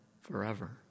forever